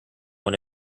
when